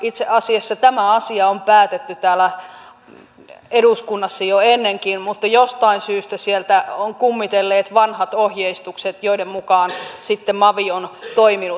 itse asiassa tämä asia on päätetty täällä eduskunnassa jo ennenkin mutta jostain syystä sieltä ovat kummitelleet vanhat ohjeistukset joiden mukaan sitten mavi on toiminut